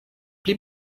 pli